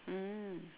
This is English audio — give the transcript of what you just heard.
mm